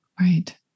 Right